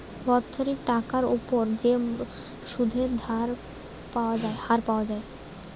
বাৎসরিক টাকার উপর যে সুধের হার পাওয়া যায়